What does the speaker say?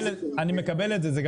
אוקיי, אני מקבל את זה.